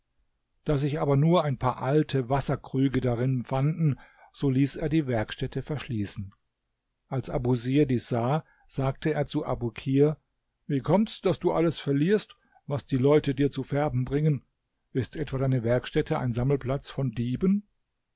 da sich aber nur ein paar alte wasserkrüge darin fanden so ließ er die werkstätte verschließen als abusir dies sah sagte er zu abukir wie kommt's daß du alles verlierst was die leute dir zu färben bringen ist etwa deine werkstätte ein sammelplatz von dieben